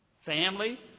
family